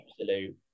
absolute